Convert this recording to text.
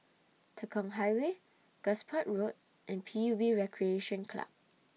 Tekong Highway Gosport Road and P U B Recreation Club